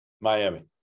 Miami